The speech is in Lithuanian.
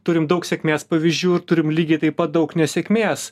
turim daug sėkmės pavyzdžių turim lygiai taip pat daug nesėkmės